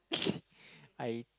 I